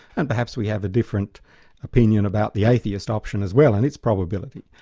and perhaps we have a different opinion about the atheist option as well, and its probability.